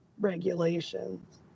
regulations